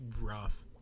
rough